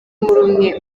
umwe